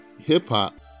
hip-hop